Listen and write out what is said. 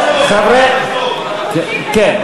לא.